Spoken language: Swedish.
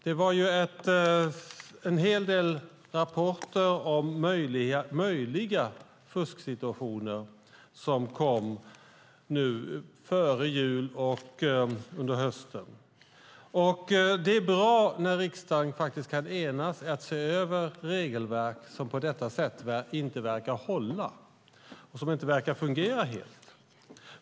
Det kom en hel del rapporter om möjliga fusksituationer under hösten och fram till jul. Det är bra när riksdagen på detta sätt kan enas om att se över regelverk som inte verkar hålla och som inte verkar fungera helt.